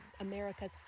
America's